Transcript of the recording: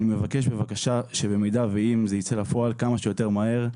אני מבקש שזה יצא לפועל כמה שיותר מהר,